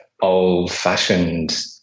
old-fashioned